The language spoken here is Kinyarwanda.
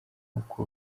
uko